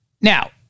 Now